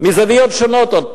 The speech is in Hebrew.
מזוויות שונות.